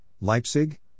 Leipzig